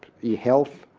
the health,